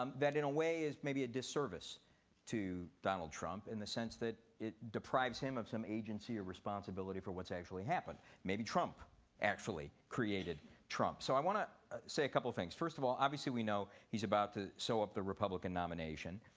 um that in a way is maybe a disservice to donald trump in the sense that it deprives him of some agency or responsibility for what's actually happened. maybe trump actually created trump. so i want to say a couple things. first of all, obviously we know he's about to sew up the republican nomination.